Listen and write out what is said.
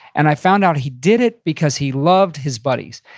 and i found out he did it because he loved his buddies.